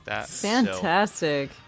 Fantastic